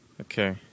Okay